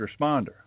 responder